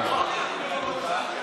קרעי.